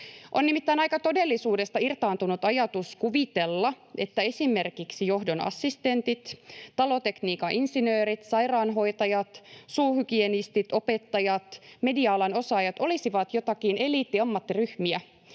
todellisuudesta irtaantunut ajatus kuvitella, että esimerkiksi johdon assistentit, talotekniikan insinöörit, sairaanhoitajat, suuhygienistit, opettajat, media-alan osaajat olisivat joitakin eliittiammattiryhmiä,